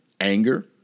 anger